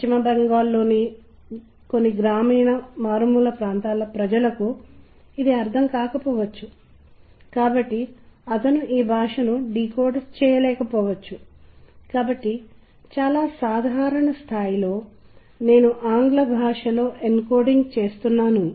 కాబట్టి మేము మీతో భాగస్వామ్యం చేయాలనుకుంటున్న కొన్ని ఇతర విషయాలకు వెళ్లడానికి ముందు ఈ విషయాలలో కొన్నింటిని వివరించే కొన్ని లఘు చిత్రములు మనం చేస్తున్న పని కి సంభంధించిన నిర్దిష్ట లఘు చిత్రములు కనుగొన్నాము మరియు అక్కడ వాటితో కమ్యూనికేషన్ మరియు సాఫ్ట్ స్కిల్స్లో మనం నేర్చుకుంటున్న విషయాలతోపాటు పరిశోధనా సందర్భంలోనూ నిర్దిష్టమైన ఔచిత్యం ఉంటుంది